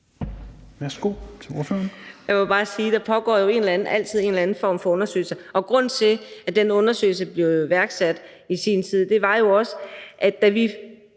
Adsbøl (DF): Jeg vil bare sige, at der jo altid pågår en eller anden form for undersøgelse. Grunden til, at den her undersøgelse blev iværksat i sin tid, var jo også, at vi